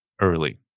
early